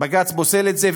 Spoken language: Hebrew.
בג"ץ פוסל את זה.